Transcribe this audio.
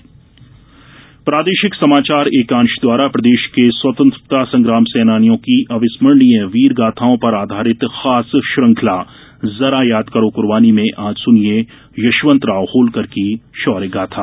जरा याद करो कुर्बानी प्रादेशिक समाचार एकांश द्वारा प्रदेश के स्वतंत्रता संग्राम सेनानियों की अविस्मर्णीय वीर गाथाओं पर आधारित खास श्रृंखला जरा याद करो कुर्बानी में आज सुनिये यशवंतराव होलकर की शौर्य गाथा